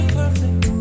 perfect